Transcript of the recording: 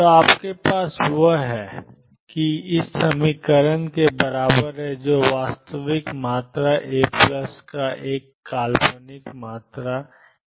तो आपके पास वह है जो ⟨xp⟩⟨xppx⟩2iℏ2 ⟨x⟩⟨p⟩ है जो वास्तविक मात्रा a प्लस एक काल्पनिक मात्रा 2 है